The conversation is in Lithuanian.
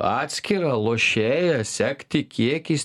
atskirą lošėją sekti kiek jis